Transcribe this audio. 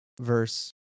verse